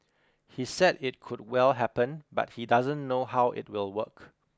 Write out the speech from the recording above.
he said it could well happen but he doesn't know how it will work